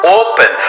open